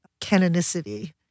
canonicity